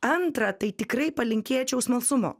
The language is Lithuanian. antra tai tikrai palinkėčiau smalsumo